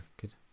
good